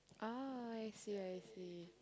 oh I see I see